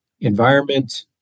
environment